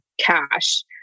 cash